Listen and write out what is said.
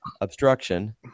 obstruction